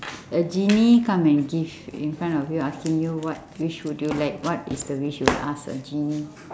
a genie come and give in front of you asking you what wish would you like what is the wish you'll ask a genie